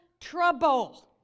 trouble